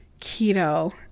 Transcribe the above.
keto